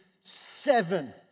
seven